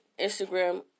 Instagram